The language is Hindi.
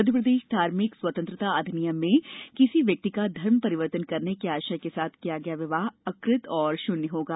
मध्यप्रदेश धार्मिक स्वतंत्रता अधिनियम में किसी व्यक्ति का धर्म परिवर्तन करने के आशय के साथ किया गया विवाह अकृत तथा शून्य होगा